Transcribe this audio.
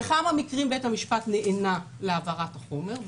בכמה מהמקרים בית המשפט נענה להעברת החומר?